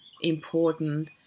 important